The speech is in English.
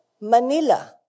Manila